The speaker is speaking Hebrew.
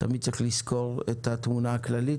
תמיד צריך לזכור את התמונה הכללית,